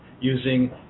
using